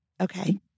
Okay